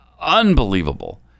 Unbelievable